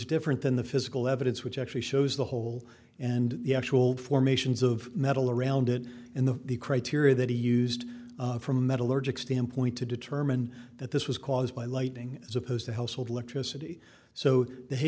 different than the physical evidence which actually shows the hole and the actual formations of metal around it and the criteria that he used for metallurgical standpoint to determine that this was caused by lightning as opposed to help select a city so